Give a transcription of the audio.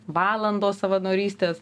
valandos savanorystės